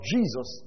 Jesus